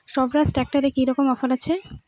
স্বরাজ ট্র্যাক্টরে কি রকম অফার আছে?